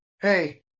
hey